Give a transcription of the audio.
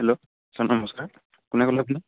hello sir নমস্কাৰ কোনে ক'লে আপোনাক